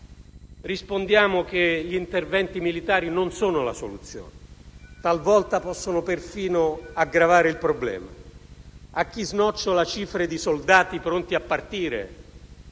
rispondiamo che gli interventi militari non sono la soluzione; talvolta, possono perfino aggravare il problema. A chi snocciola cifre di soldati pronti a partire,